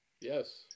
yes